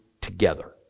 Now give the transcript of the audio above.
together